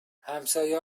همسایه